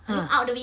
ah